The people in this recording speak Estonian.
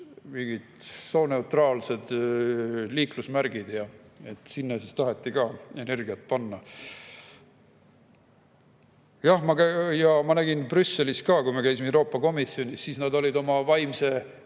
sooneutraalsed liiklusmärgid. Sinna taheti ka energiat panna. Jah, ma nägin Brüsselis ka, kui me käisime Euroopa Komisjonis, et nad olid oma vaimse